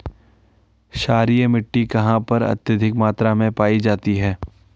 क्षारीय मिट्टी कहां पर अत्यधिक मात्रा में पाई जाती है?